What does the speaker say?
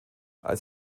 als